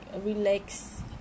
relax